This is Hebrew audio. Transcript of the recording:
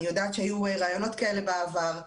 אני יודעת שהיו רעיונות כאלה בעבר,